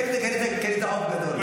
כנראה קנית עוף גדול.